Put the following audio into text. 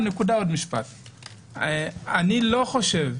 לא חושב,